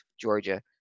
Georgia